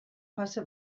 fase